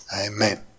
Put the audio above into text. Amen